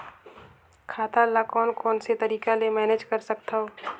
खाता ल कौन कौन से तरीका ले मैनेज कर सकथव?